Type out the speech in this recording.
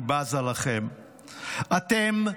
אני בזה לכם"; אתם,